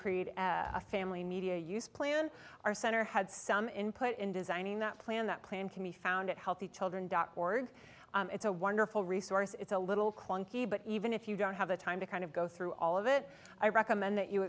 create a family media use plan our center had some input in designing that plan that plan can be found at healthy children dot org it's a wonderful resource it's a little clunky but even if you don't have the time to kind of go through all of it i recommend that you